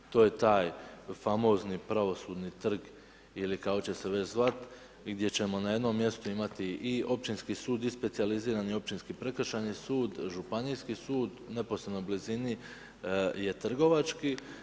To je taj famozni pravosudni trg ili kako će već zvati, gdje ćemo na jednom mjestu imati i općinski sud i specijalizirani općinski prekršajni sud, županijski sud, neposredno u blizini je trgovački.